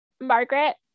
margaret